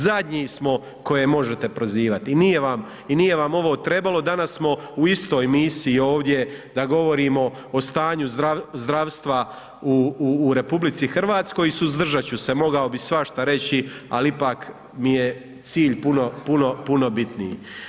Zadnji smo koje možete prozivati i nije vam ovo trebalo, danas smo u istoj misiji ovdje da govorimo o stanju zdravstva u RH i suzdržati ću se, mogao bih svašta reći ali ipak mi je cilj puno, puno bitniji.